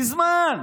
מזמן.